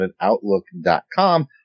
Outlook.com